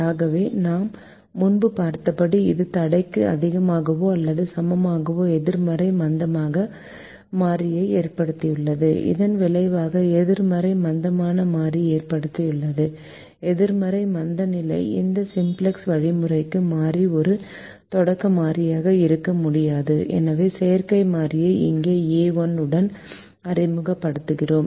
ஆகவே நாம் முன்பு பார்த்தபடி இது தடைக்கு அதிகமாகவோ அல்லது சமமாகவோ எதிர்மறை மந்தமான மாறியை ஏற்படுத்தியுள்ளது இதன் விளைவாக எதிர்மறை மந்தமான மாறி ஏற்பட்டுள்ளது எதிர்மறை மந்தநிலை இந்த சிம்ப்ளக்ஸ் வழிமுறைக்கு மாறி ஒரு தொடக்க மாறியாக இருக்க முடியாது எனவே செயற்கை மாறியை இங்கே a1 உடன் அறிமுகப்படுத்துகிறோம்